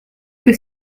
que